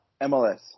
MLS